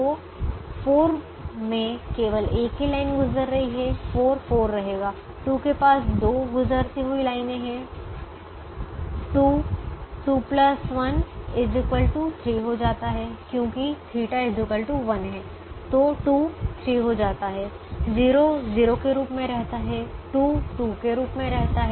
तो 4 में केवल एक ही लाइन गुजर रही है 4 4 रहेगा 2 के पास 2 गुजरती हुई लाइनें हैं 2 2 1 3 हो जाता है क्योंकि θ 1 है तो 2 3 हो जाता है 0 0 के रूप में रहता है 2 2 के रूप में रहता है